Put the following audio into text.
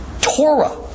Torah